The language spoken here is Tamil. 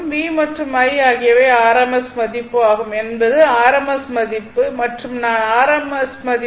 V மற்றும் I ஆகியவை rms மதிப்பு ஆகும் என்பது rms மதிப்பு மற்றும் நான் rms மதிப்பு